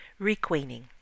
requeening